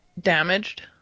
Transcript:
damaged